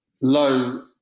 Low